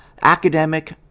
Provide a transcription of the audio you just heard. academic